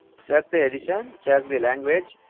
surf the eddition serve the language